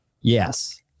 Yes